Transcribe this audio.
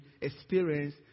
experience